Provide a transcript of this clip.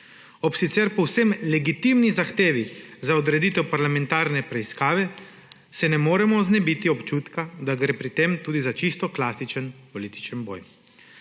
Ob sicer povsem legitimni zahtevi za odreditev parlamentarne preiskave se ne moremo znebiti občutka, da gre pri tem tudi za čisto klasičen političen boj,